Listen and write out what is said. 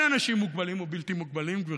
אין אנשים מוגבלים או בלתי מוגבלים, גברתי.